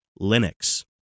Linux